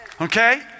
Okay